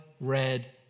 red